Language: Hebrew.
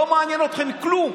לא מעניין אתכם כלום.